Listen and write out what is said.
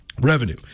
revenue